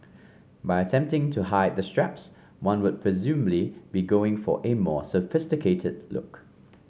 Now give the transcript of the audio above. by attempting to hide the straps one would presumably be going for a more sophisticated look